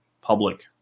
public